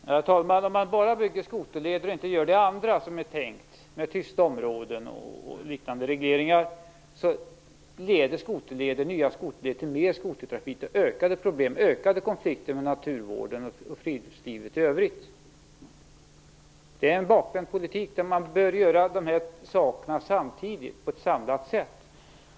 Herr talman! Om man bara bygger skoterleder och inte gör det andra som är tänkt i fråga om tysta områden och liknande regleringar kommer de nya skoterlederna att leda till mer skotertrafik och därmed ökade problem och ökade konflikter med naturvården och friluftslivet i övrigt. Det är en bakvänd politik. Man bör göra de här sakerna samtidigt, på ett samlat sätt.